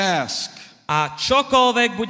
ask